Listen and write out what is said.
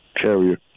carrier